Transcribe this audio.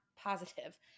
positive